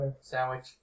Sandwich